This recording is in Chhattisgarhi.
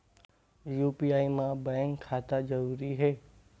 यू.पी.आई मा बैंक खाता जरूरी हे?